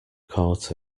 caught